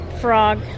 Frog